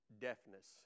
deafness